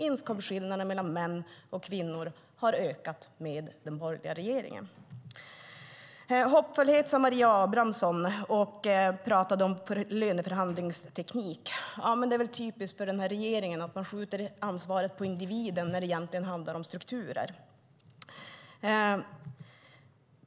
Inkomstskillnaderna mellan män och kvinnor har ökat med den borgerliga regeringen. Hoppfullhet, sade Maria Abrahamsson och pratade om löneförhandlingsteknik. Det är väl typiskt för den här regeringen att man skjuter över ansvaret på individer när det egentligen handlar om strukturer?